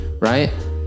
right